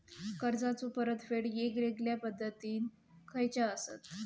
कर्जाचो परतफेड येगयेगल्या पद्धती खयच्या असात?